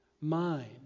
mind